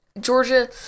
Georgia